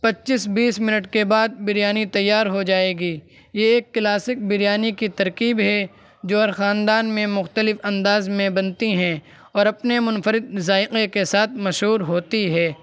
پچیس بیس منٹ کے بعد بریانی تیار ہو جائے گی یہ ایک کلاسیک بریانی کی ترکیب ہے جو ہر خاندان میں مختلف انداز میں بنتی ہیں اور اپنے منفرد ذائقے کے ساتھ مشہور ہوتی ہے